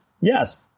yes